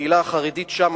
בקהילה החרדית שם,